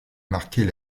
marquer